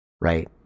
right